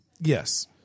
Yes